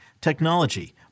technology